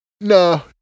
No